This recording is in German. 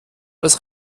als